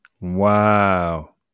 Wow